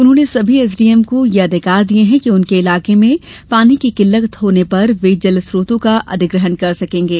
उन्होंने सभी एसडीएम को यह अधिकार दिये हैं कि उनके इलाके में पानी की किल्लत होने पर वे जलस्रोतों का अधिग्रहण कर सकेंगे